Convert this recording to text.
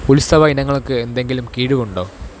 ഉത്സവ ഇനങ്ങൾക്ക് എന്തെങ്കിലും കിഴിവുണ്ടോ